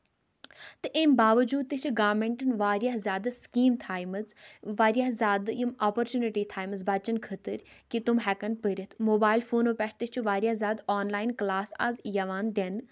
تہٕ أمۍ باوَجوٗد تہِ چھِ گارمٮ۪نٛٹَن واریاہ زیادٕ سِکیٖم تھایمَژٕ واریاہ زیادٕ یِم اَپرچونِٹی تھایمَژٕ بَچَن خٲطرٕ کہِ تِم ہٮ۪کَن پٔرِتھ موبایِل فونو پٮ۪ٹھ تہِ چھِ واریاہ زیادٕ آنلاین کٕلاس آز یِوان دِنہٕ